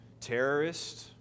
terrorist